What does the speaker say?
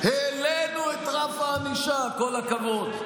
העלינו את רף הענישה, כל הכבוד.